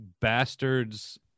Bastards